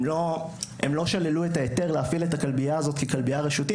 הם לא שללו את ההיתר להפעיל את הכלבייה הזאת כי היא כלבייה רשותית.